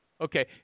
Okay